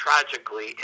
tragically